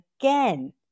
again